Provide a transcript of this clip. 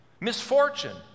Misfortune